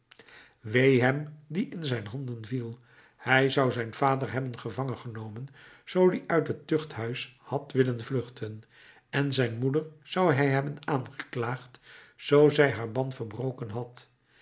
wee hem die in zijn handen viel hij zou zijn vader hebben gevangengenomen zoo die uit het tuchthuis had willen vluchten en zijn moeder zou hij hebben aangeklaagd zoo zij haar ban verbroken had